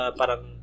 parang